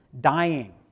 Dying